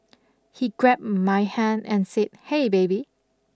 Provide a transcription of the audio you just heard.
he grabbed my hand and said hey baby